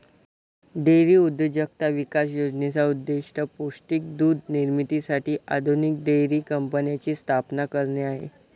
dairy उद्योजकता विकास योजनेचा उद्देश पौष्टिक दूध निर्मितीसाठी आधुनिक डेअरी कंपन्यांची स्थापना करणे आहे